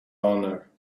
honor